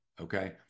okay